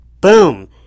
Boom